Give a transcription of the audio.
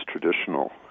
traditional